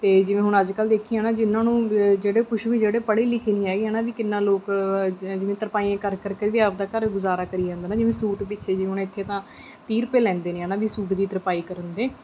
ਅਤੇ ਜਿਵੇਂ ਹੁਣ ਅੱਜ ਕੱਲ੍ਹ ਦੇਖੀਏ ਹੈ ਨਾ ਜਿਨ੍ਹਾਂ ਨੂੰ ਜਿਹੜੇ ਕੁਛ ਵੀ ਜਿਹੜੇ ਪੜ੍ਹੇ ਲਿਖੇ ਨਹੀਂ ਹੈਗੇ ਨਾ ਵੀ ਕਿੰਨਾ ਲੋਕ ਜ ਜਿਵੇਂ ਤਰਪਾਈਆਂ ਕਰ ਕਰਕੇ ਵੀ ਆਪਣਾ ਘਰ ਗੁਜ਼ਾਰਾ ਕਰੀ ਜਾਂਦਾ ਨਾ ਜਿਵੇਂ ਸੂਟ ਪਿੱਛੇ ਜਿਵੇਂ ਹੁਣ ਇੱਥੇ ਤਾਂ ਤੀਹ ਰੁਪਏ ਲੈਂਦੇ ਨੇ ਹੈਨਾ ਵੀ ਸੂਟ ਦੀ ਤਰਪਾਈ ਕਰਨ ਦੇ